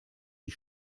die